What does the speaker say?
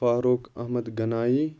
Farooq Ahmad Ganai